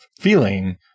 feeling